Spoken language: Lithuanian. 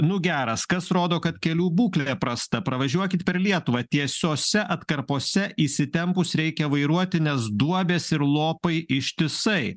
nu geras kas rodo kad kelių būklė prasta pravažiuokit per lietuvą tiesiose atkarpose įsitempus reikia vairuoti nes duobės ir lopai ištisai